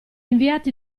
inviati